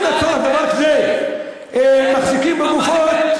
אם לצורך דבר זה מחזיקים בגופות,